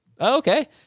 Okay